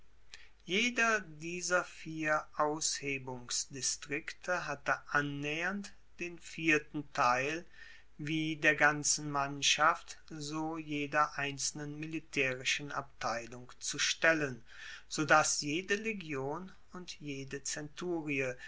jeder dieser vier aushebungsdistrikte hatte annaehernd den vierten teil wie der ganzen mannschaft so jeder einzelnen militaerischen abteilung zu stellen sodass jede legion und jede zenturie